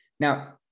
Now